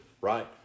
right